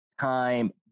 time